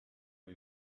kui